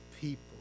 people